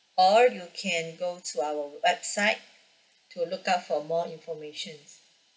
or you can go to our website to look up for more information